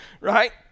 right